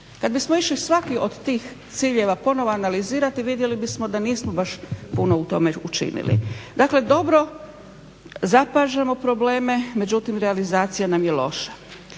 Kad bismo išli svaki od tih ciljeva ponovno analizirati vidjeli bismo da nismo baš puno u tome učinili. Dakle, dobro zapažamo probleme međutim realizacija nam je loša.